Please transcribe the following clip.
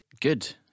Good